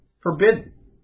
forbidden